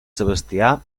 sebastià